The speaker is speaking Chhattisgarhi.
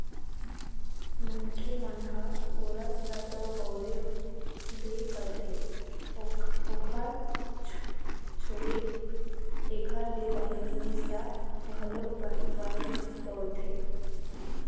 मनखे मन ह गोरस ल तो बउरबे करथे ओखर छोड़े एखर ले बने जिनिस ल घलोक बनेच बउरथे